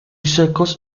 secos